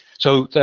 so,